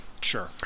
sure